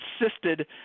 insisted